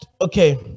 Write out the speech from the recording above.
Okay